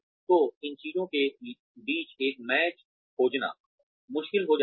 तो इन चीजों के बीच एक मैच खोजना मुश्किल हो जाता है